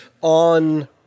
on